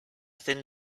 thin